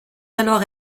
alors